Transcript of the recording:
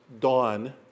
Dawn